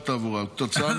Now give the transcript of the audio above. אתה יכול